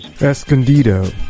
Escondido